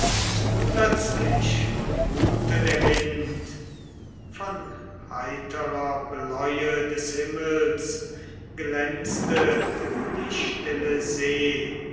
plötzlich ruhte der wind von heiterer bläue des himmels glänzte die stille see